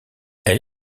elle